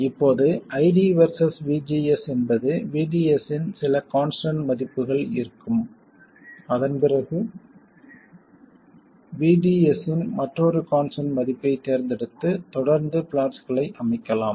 இப்போது ID versus VGS என்பது VDS இன் சில கான்ஸ்டன்ட் மதிப்புடன் இருக்கும் அதன் பிறகு VDS இன் மற்றொரு கான்ஸ்டன்ட் மதிப்பைத் தேர்ந்தெடுத்து தொடர்ந்து பிளாட்ஸ்களை அமைக்கலாம்